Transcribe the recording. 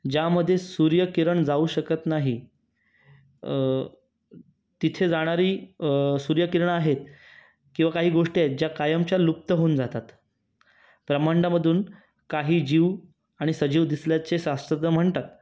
ज्यामध्ये सूर्यकिरण जाऊ शकत नाही तिथे जाणारी सूर्यकिरणं आहेत किंवा काही गोष्टी आहेत ज्या कायमच्या लुप्त होऊन जातात ब्रह्माण्डामधून काही जीव आणि सजीव दिसल्याचे शास्त्रज्ञ म्हणतात